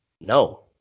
No